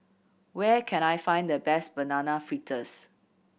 where can I find the best Banana Fritters